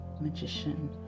magician